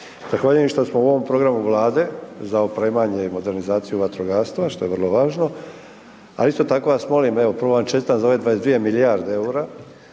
Zahvaljujem što smo u ovom programu Vlade za opremanje i modernizaciju vatrogastva što je vrlo važno a isto tako vas molim, evo prvo van čestitam za ove 22 milijarde eura